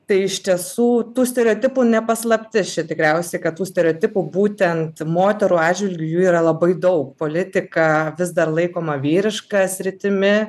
tai iš tiesų tų stereotipų ne paslaptis čia tikriausia kad tų stereotipų būtent moterų atžvilgiu jų yra labai daug politika vis dar laikoma vyriška sritimi